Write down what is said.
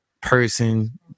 person